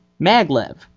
Maglev